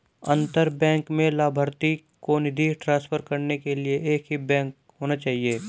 अंतर बैंक में लभार्थी को निधि ट्रांसफर करने के लिए एक ही बैंक होना चाहिए